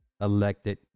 elected